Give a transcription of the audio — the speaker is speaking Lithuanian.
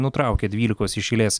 nutraukė dvylikos iš eilės